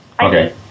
Okay